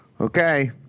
Okay